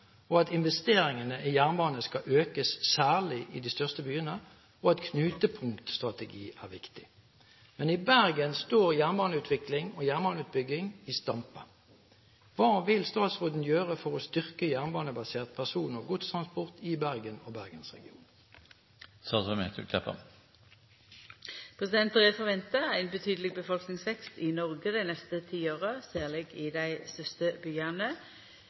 at investeringene i jernbane skal økes særlig i de største byene, og at knutepunktstrategi er viktig. Men i Bergen står jernbaneutvikling og jernbaneutbygging i stampe. Hva vil statsråden gjøre for å styrke jernbanebasert person- og godstransport i Bergen og Bergensregionen?» Det er venta ein betydeleg befolkningsvekst i Noreg dei neste tiåra, særleg i dei største